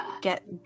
get